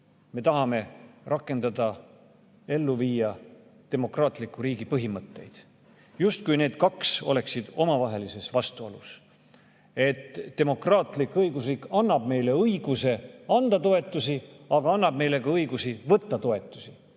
me tahame rakendada, ellu viia demokraatliku riigi põhimõtteid. Justkui need kaks oleksid omavahelises vastuolus. Demokraatlik õigusriik annab meile õiguse anda toetusi, aga annab meile ka õiguse võtta toetusi,